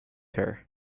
her